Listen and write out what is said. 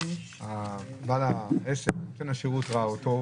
נותן השירות ראה אותו,